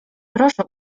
proszę